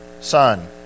son